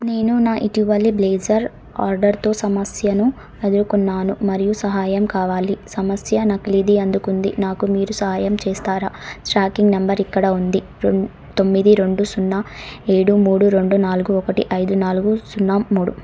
నేను నా ఇటీవలి బ్లేజర్ ఆర్డర్తో సమస్యను ఎదుర్కొన్నాను మరియు సహాయం కావాలి సమస్య నకిలీది అందుకుంది నాకు మీరు సాయం చేస్తారా ట్రాకింగ్ నంబర్ ఇక్కడ ఉంది రొం తొమ్మిది రెండు సున్నా ఏడు మూడు రెండు నాలుగు ఒకటి ఐదు నాలుగు సున్నా మూడు